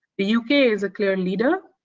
the u k. is a clear leader,